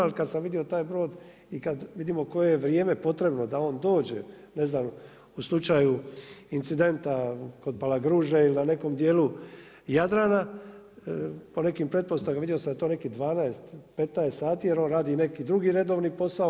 Ali kada sam vidio taj brod i kad vidimo koje je vrijeme potrebno da on dođe, ne znam u slučaju incidenta kod Palagruže il na nekom dijelu Jadrana, po nekim pretpostavkama vidio sam da je to nekih 12, 15 sati, jer on radi neki drugi redovni posao.